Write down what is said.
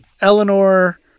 Eleanor